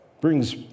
Brings